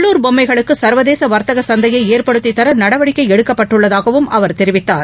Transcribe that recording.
உள்ளள் பொம்மைகளுக்கு சர்வதேச வா்த்தக சந்தையை ஏற்படுத்தித்தர நடவடிக்கை எடுக்கப்பட்டுள்ளதாகவும் அவர் தெரிவித்தார்